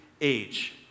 age